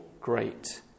great